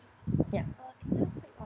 ya